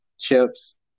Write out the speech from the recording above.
Chips